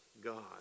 God